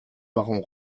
baron